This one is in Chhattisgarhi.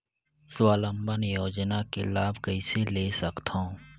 स्वावलंबन योजना के लाभ कइसे ले सकथव?